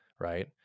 right